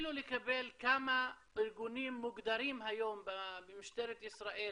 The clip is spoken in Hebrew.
אפילו לקבל כמה ארגונים מוגדרים היום במשטרת ישראל